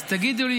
אז תגידו לי.